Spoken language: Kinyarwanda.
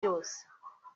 byose